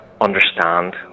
understand